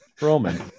Roman